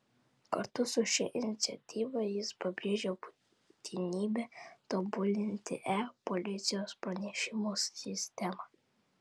kartu su šia iniciatyva jis pabrėžia būtinybę tobulinti e policijos pranešimų sistemą